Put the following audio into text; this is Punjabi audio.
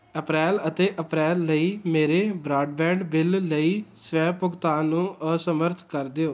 ਅਪ੍ਰੈਲ ਅਤੇ ਅਪ੍ਰੈਲ ਲਈ ਮੇਰੇ ਬਰਾਡਬੈਂਡ ਬਿੱਲ ਲਈ ਸਵੈ ਭੁਗਤਾਨ ਨੂੰ ਅਸਮਰੱਥ ਕਰ ਦਿਓ